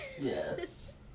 yes